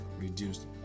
reduced